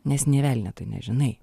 nes nė velnio tu nežinai